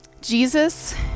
Jesus